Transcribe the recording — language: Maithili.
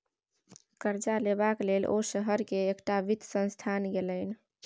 करजा लेबाक लेल ओ शहर केर एकटा वित्त संस्थान गेलनि